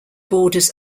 borders